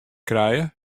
krije